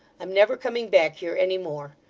i'm never coming back here, any more.